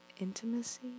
intimacy